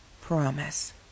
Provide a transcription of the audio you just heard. promise